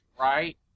right